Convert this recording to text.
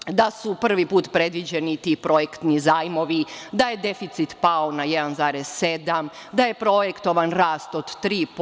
Takođe, da su prvi put predviđeni ti projektni zajmovi, da je deficit pao na 1,7%, da je projektovan rast od 3%